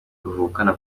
tuvukana